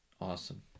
Awesome